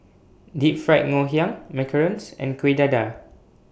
Deep Fried Nhiang Macarons and Kuih Dadar